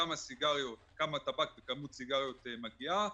כמה טבק בכמות סיגריות מגיעה,